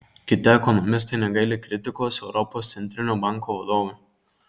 kiti ekonomistai negaili kritikos europos centrinio banko vadovui